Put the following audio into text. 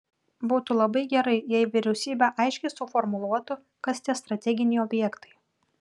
būtų labai gerai jei vyriausybė aiškiai suformuluotų kas tie strateginiai objektai